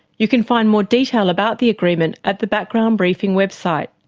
you can find more detail about the agreement at the background briefing website.